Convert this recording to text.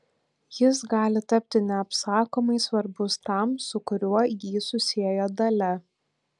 jis gali tapti neapsakomai svarbus tam su kuriuo jį susiejo dalia